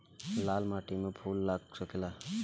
लाल माटी में फूल लाग सकेला?